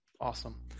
Awesome